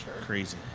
crazy